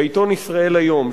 בעיתון "ישראל היום",